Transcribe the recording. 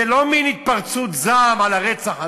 זה לא מין התפרצות זעם על הרצח הזה.